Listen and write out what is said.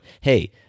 hey